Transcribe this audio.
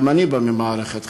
גם אני בא ממערכת חינוך.